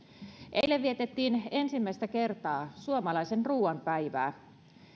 eilen vietettiin ensimmäistä kertaa suomalaisen ruoan päivää